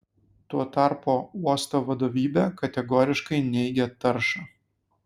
tuo tarpu uosto vadovybė kategoriškai neigia taršą